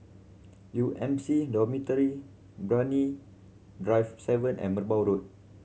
U M C Dormitory Brani Drive Seven and Merbau Road